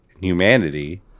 humanity